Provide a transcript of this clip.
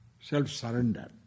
self-surrender